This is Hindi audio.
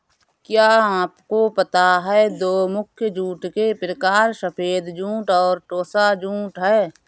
क्या आपको पता है दो मुख्य जूट के प्रकार सफ़ेद जूट और टोसा जूट है